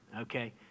Okay